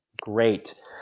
great